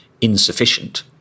insufficient